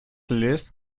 list